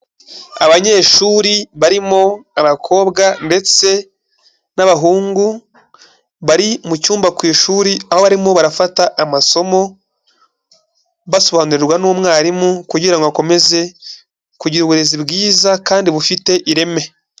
Abanyeshuri barimo abakobwa ndetse n'abahungu, bari mu cyumba ku ishuri aho barimo barafata amasomo, basobanurirwa n'umwarimu kugira ngo akomeze kugira uburezi bwiza kandi bufite ireme.